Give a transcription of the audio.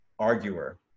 arguer